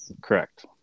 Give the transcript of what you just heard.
correct